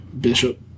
Bishop